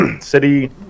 City